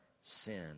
sin